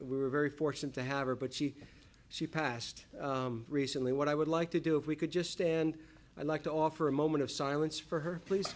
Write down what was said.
were very fortunate to have her but she she passed recently what i would like to do if we could just stand i'd like to offer a moment of silence for her please